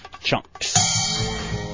Chunks